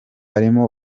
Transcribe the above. arimo